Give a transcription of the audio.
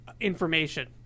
information